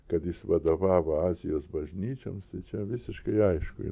kad jis vadovavo azijos bažnyčioms tai čia visiškai aišku